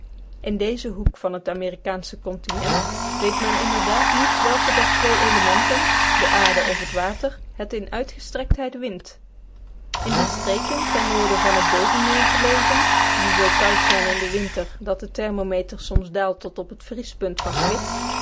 in dezen hoek van het amerikaansche continent weet men inderdaad niet welk der twee elementen de aarde of het water het in uitgestrektheid wint in die streken ten noorden van het bovenmeer gelegen die zoo koud zijn in den winter dat de thermometer soms daalt tot op het vriespunt van kwik